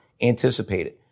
anticipated